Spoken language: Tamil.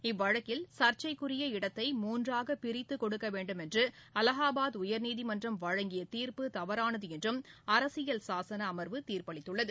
இவ்வழக்கில் சா்ச்சைக்குரிய இடத்தை மூன்றாகபிரித்துக் கொடுக்கவேண்டும் என்றுஅலகாபாத் உயர்நீதிமன்றம் வழங்கியதீர்ப்பு தவறானதுஎன்றும் அரசியல் சாசனஅமர்வு தீர்ப்பளித்துள்ளது